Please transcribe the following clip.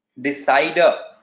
decider